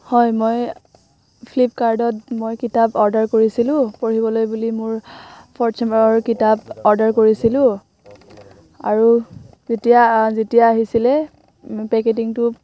হয় মই ফ্লিপকাৰ্টত মই কিতাপ অৰ্ডাৰ কৰিছিলোঁ পঢ়িবলৈ বুলি মোৰ ফৰ্থ ছেমৰ কিতাপ অৰ্ডাৰ কৰিছিলোঁ আৰু যেতিয়া যেতিয়া আহিছিলে পেকেটিঙটো